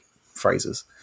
phrases